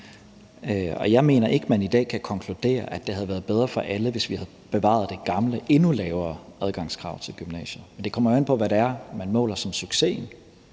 jeg mener ikke, man i dag kan konkludere, at det havde været bedre for alle, hvis vi havde bevaret det gamle, endnu lavere adgangskrav til gymnasiet. Det kommer jo an på, hvad det er, man måler som succesen.